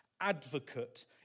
advocate